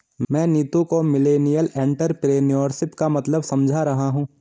मैं नीतू को millennial entrepreneurship का मतलब समझा रहा हूं